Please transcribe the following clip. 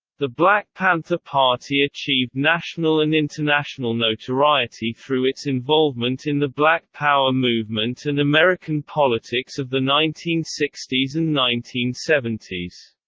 the black panther party achieved national and international notoriety through its involvement in the black power movement and american politics of the nineteen sixty s and nineteen seventy s.